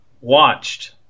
watched